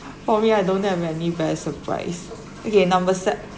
for me I don't have any best surprise okay number sev~